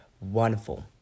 wonderful